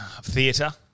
Theatre